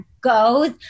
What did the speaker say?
goes